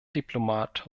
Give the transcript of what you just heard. diplomat